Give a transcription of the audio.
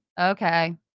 okay